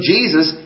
Jesus